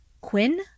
Quinn